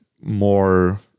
more